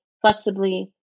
flexibly